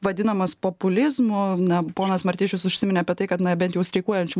vadinamas populizmu na ponas martišius užsiminė apie tai kad na bent jau streikuojančių